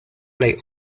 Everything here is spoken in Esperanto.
plej